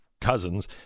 cousins